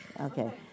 Okay